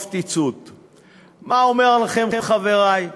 מה אומר לכם, חברי?